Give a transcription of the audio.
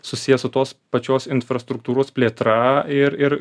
susiję su tos pačios infrastruktūros plėtra ir ir